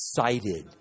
excited